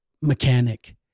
mechanic